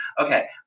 Okay